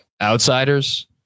outsiders